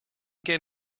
get